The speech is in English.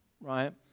right